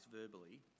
verbally